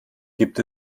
gibt